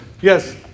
Yes